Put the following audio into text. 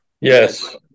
Yes